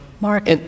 Mark